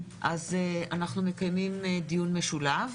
אז אנחנו מקיימים דיון משולב.